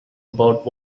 about